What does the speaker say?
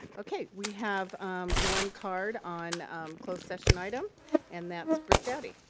okay, we have one card on closed session item and that's britt dowdy.